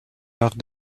arts